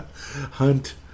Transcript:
Hunt